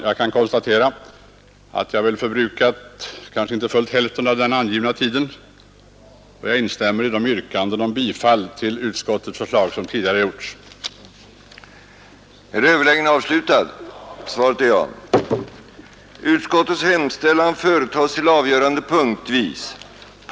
Jag kan konstatera att jag förbrukat kanske inte fullt hälften av den angivna tiden, och jag instämmer i de yrkanden om bifall till utskottets hemställan som tidigare har framställts.